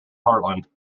heartland